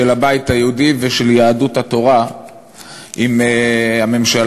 הבית היהודי ושל יהדות התורה עם הממשלה.